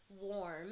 warm